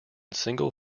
single